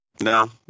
No